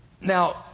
Now